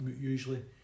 usually